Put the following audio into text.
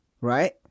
right